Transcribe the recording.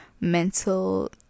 mental